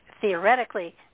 theoretically